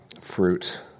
Fruit